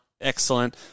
excellent